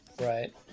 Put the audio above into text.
right